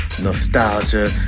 nostalgia